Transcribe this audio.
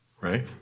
right